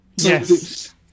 Yes